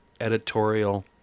editorial